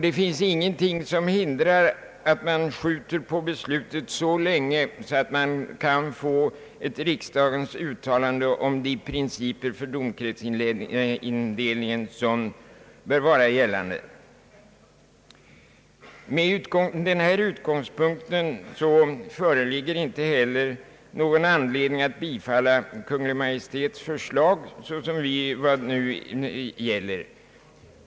Det finns ingenting som hindrar att man skjuter på beslutet till dess riksdagen uttalat sig om de principer för den domkretsindelning som bör gälla. Med denna utgångspunkt finns det inte heller någon anledning att bifalla Kungl. Maj:ts förslag.